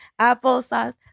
applesauce